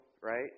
right